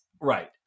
right